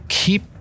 keep